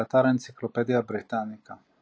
באתר אנציקלופדיה בריטניקה ==